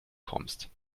kommst